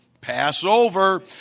Passover